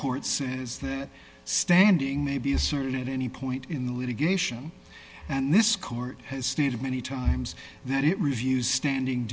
court say is that standing maybe a certain at any point in the litigation and this court has stated many times that it reviews standing